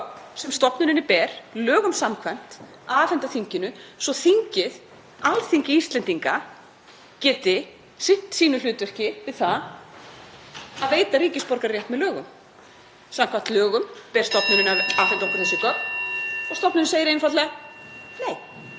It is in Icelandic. sem stofnuninni ber lögum samkvæmt að afhenda þinginu svo þingið, Alþingi Íslendinga, geti sinnt sínu hlutverki við það að veita ríkisborgararétt með lögum. Samkvæmt lögum ber stofnuninni að afhenda okkur þessi gögn og stofnun segir einfaldlega nei.